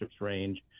range